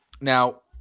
now